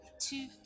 two